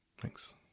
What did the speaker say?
Thanks